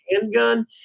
handgun